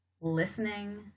listening